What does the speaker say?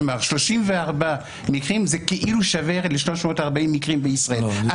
כלומר 34 מקרים זה כאילו שווה ל-340 מקרים בישראל.